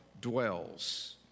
dwells